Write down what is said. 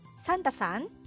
Santa-san